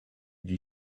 die